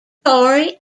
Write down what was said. tory